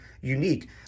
unique